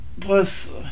plus